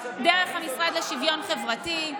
דרך המשרד לשוויון חברתי,